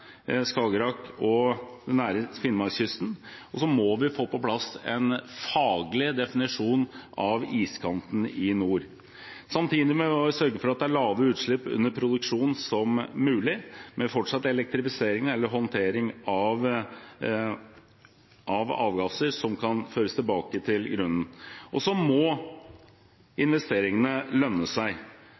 Skagerrak og den nære finnmarkskysten, og vi må få på plass en faglig definisjon av iskanten i nord. Samtidig må vi også sørge for at det er så lave utslipp under produksjon som mulig, med fortsatt elektrifisering eller en håndtering som gjør at avgasser kan føres tilbake til grunnen. Og investeringene må lønne seg.